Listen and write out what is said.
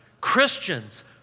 Christians